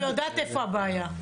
אני יודעת איפה הבעיה.